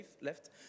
left